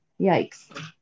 Yikes